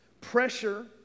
Pressure